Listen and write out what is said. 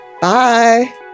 Bye